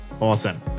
Awesome